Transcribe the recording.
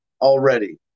already